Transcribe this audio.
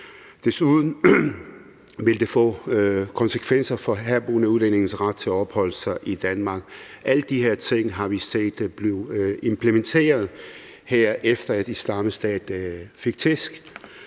Desuden vil det få konsekvenser for herboende udlændinges ret til at opholde sig i Danmark. Alle de her ting har vi set blive implementeret. Efter at Islamisk Stat fik tæsk